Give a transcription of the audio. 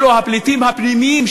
אלו הפליטים הפנימיים,